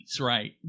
right